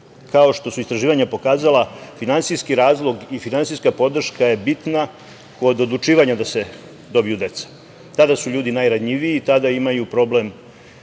kao što su istraživanja pokazala, finansijski razlog i finansijska podrška je bitna kod odlučivanja da se dobiju deca. Tada su ljudi najranjiviji i tada imaju problem